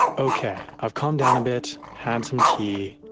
ok i've calmed down a bit, had some tea,